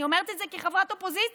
אני אומרת את זה כחברת אופוזיציה.